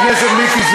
לא הייתה אפשרות.